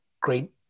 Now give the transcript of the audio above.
great